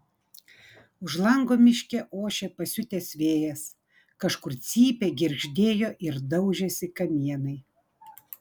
už lango miške ošė pasiutęs vėjas kažkur cypė girgždėjo ir daužėsi kamienai